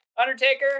undertaker